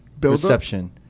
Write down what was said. reception